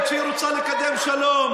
שהיא רוצה לקדם שלום,